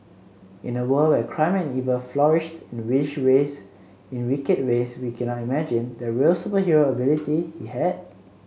in a world where crime and evil flourished in the which in wicked ways we cannot imagine the real superhero ability he had